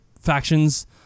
factions